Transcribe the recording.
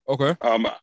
Okay